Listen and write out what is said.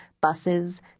buses